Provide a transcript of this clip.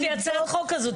יש לי הצעת חוק כזאת.